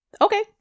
Okay